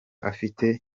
afite